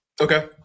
Okay